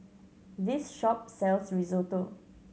this shop sells Risotto